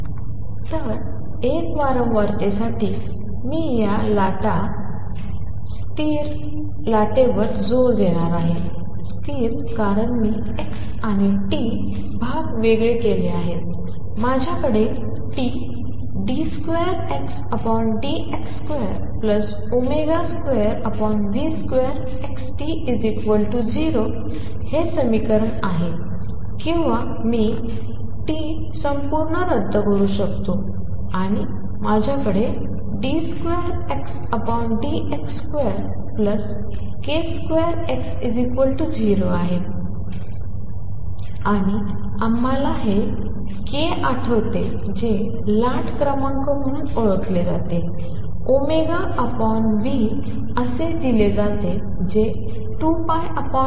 तर एका वारंवारतेसाठी मी या स्थिर लाटेवर जोर देणार आहे स्थिर कारण मी x आणि t भाग वेगळे केले आहेत माझ्याकडे Td2Xdx22v2XT0 हे समीकरण आहे किंवा मी T संपूर्ण रद्द करू शकतो आणि माझ्याकडेd2Xdx2k2X0 आहे k2 X 0 आणि आम्हाला हे k आठवते जे लाट क्रमांक म्हणून ओळखले जाते v असे दिले जाते जे 2π सारखेच आहे